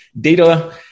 data